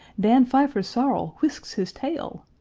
dan pfeiffer's sorrel whisks his tail!